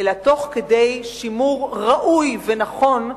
אלא תוך כדי שימור ראוי ונכון,